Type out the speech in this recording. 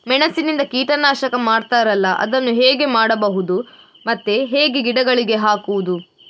ಮೆಣಸಿನಿಂದ ಕೀಟನಾಶಕ ಮಾಡ್ತಾರಲ್ಲ, ಅದನ್ನು ಹೇಗೆ ಮಾಡಬಹುದು ಮತ್ತೆ ಹೇಗೆ ಗಿಡಗಳಿಗೆ ಹಾಕುವುದು?